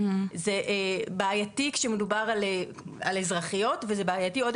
זה בעייתי כשמדובר על אזרחיות וזה בעייתי עוד